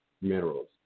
minerals